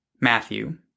Matthew